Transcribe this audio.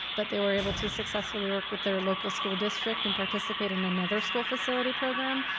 but they were able to successfully work with their local school district and participate in another school facility program,